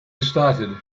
restarted